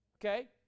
Okay